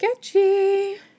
sketchy